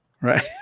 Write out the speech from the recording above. Right